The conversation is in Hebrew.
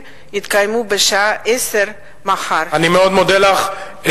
יתקיימו מחר בשעה 10:00. אני מאוד מודה לך.